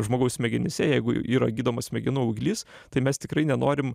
žmogaus smegenyse jeigu yra gydomas smegenų auglys tai mes tikrai nenorim